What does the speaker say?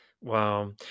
Wow